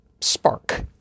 spark